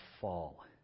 fall